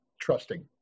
trusting